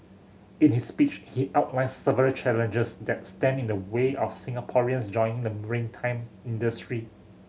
in his speech he outlined several challenges that stand in the way of Singaporeans joining the maritime industry